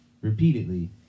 repeatedly